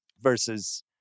versus